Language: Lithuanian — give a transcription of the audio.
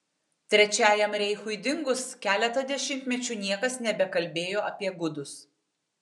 trečiajam reichui dingus keletą dešimtmečių niekas nebekalbėjo apie gudus